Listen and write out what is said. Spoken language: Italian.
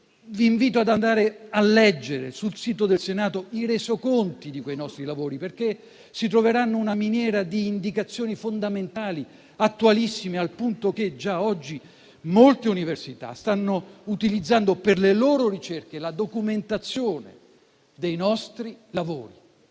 vi invito ad andare a leggere sul sito del Senato i resoconti di quei nostri lavori, perché vi troverete una miniera di indicazioni fondamentali, attualissime, al punto che già oggi molte università stanno utilizzando, per le loro ricerche, la documentazione dei nostri lavori.